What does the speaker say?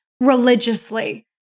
religiously